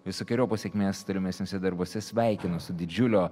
visokeriopos sėkmės tolimesniuose darbuose sveikinu su didžiulio